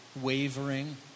wavering